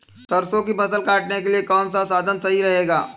सरसो की फसल काटने के लिए कौन सा साधन सही रहेगा?